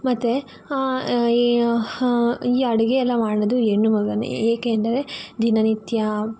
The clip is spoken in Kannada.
ಮತ್ತೆ ಈ ಈ ಅಡುಗೆ ಎಲ್ಲ ಮಾಡೋದು ಹೆಣ್ಣು ಮಗುವೇ ಏಕೆಂದರೆ ದಿನನಿತ್ಯ